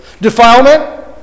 Defilement